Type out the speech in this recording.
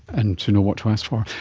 and to know what to ask for.